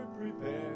prepared